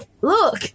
Look